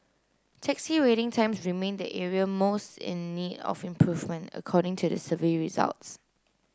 taxi waiting times remained the area most in need of improvement according to the survey results